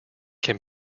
can